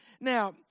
Now